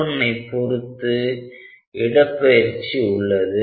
R1ஐ பொறுத்து இடப்பெயர்ச்சி உள்ளது